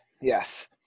Yes